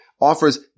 offers